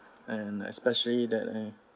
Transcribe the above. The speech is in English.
and especially that eh